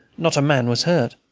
not a man was hurt.